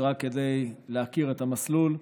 זה רק כדי להכיר את המסלול,